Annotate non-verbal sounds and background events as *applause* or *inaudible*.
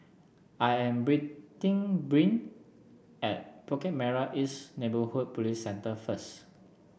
I am *unintelligible* Bryn at Bukit Merah East Neighbourhood Police Centre first